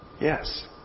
Yes